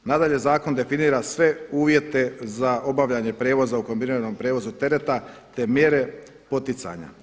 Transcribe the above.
Nadalje, zakon definira sve uvjete za obavljanje prijevoza u kombiniranom prijevozu teretu te mjere poticanja.